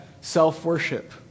self-worship